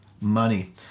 money